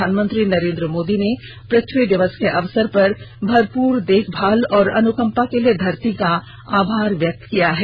प्रधानमंत्री नरेन्द्र मोदी ने पृथ्वी दिवस के अवसर पर भरपूर देखभाल और अनुकंपा के लिए धरती का आभार व्यक्त किया है